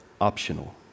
optional